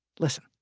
listen